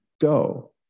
go